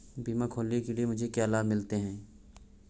बीमा खोलने के लिए मुझे क्या लाभ मिलते हैं?